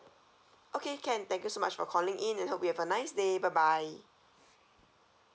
okay can thank you so much for calling in and hope you have a nice day bye bye